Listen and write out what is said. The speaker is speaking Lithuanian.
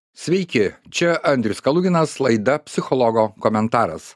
sveiki čia andrius kaluginas laida psichologo komentaras